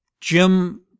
Jim